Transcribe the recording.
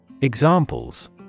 Examples